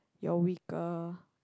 you're weaker